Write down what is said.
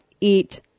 eat